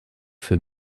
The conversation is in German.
für